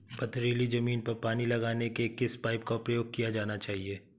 पथरीली ज़मीन पर पानी लगाने के किस पाइप का प्रयोग किया जाना चाहिए?